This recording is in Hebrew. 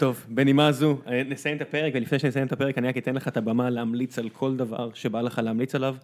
טוב בנימה זו נסיים את הפרק ולפני שנסיים את הפרק אני רק אתן לך את הבמה להמליץ על כל דבר שבא לך להמליץ עליו